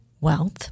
Wealth